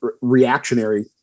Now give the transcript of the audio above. reactionary